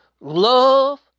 love